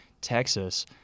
Texas –